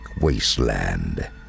Wasteland